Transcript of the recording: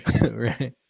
Right